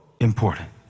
important